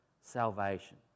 salvation